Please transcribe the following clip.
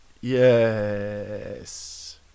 Yes